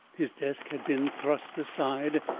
his desk had been thrust aside,